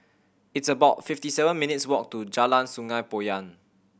it's about fifty seven minutes' walk to Jalan Sungei Poyan